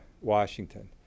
Washington